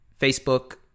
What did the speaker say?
Facebook